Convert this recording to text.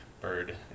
Bird